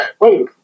wait